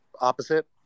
opposite